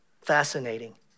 Fascinating